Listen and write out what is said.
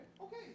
Okay